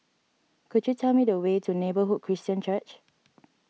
could you tell me the way to Neighbourhood Christian Church